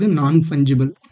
non-fungible